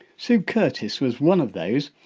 sue curtis was one of those.